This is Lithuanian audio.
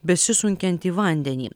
besisunkiantį vandenį